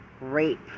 rape